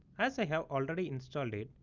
as i have already installed it.